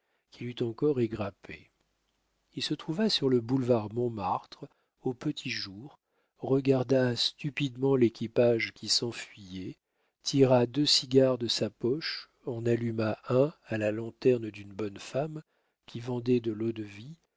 qu'il eût encore égrappées il se trouva sur le boulevard montmartre au petit jour regarda stupidement l'équipage qui s'enfuyait tira deux cigares de sa poche en alluma un à la lanterne d'une bonne femme qui vendait de l'eau-de-vie